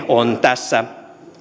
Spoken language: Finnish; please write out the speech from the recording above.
on tässä